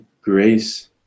grace